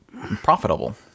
profitable